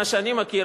ממה שאני מכיר,